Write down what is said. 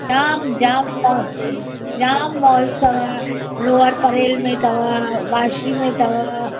जामु जामु मॉल्स जामु मॉल्स अथव लोअर परेल में अथव वाशी में अथव